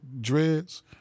dreads